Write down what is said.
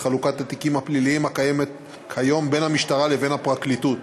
חלוקת התיקים הפליליים הקיימת כיום בין המשטרה לבין הפרקליטות.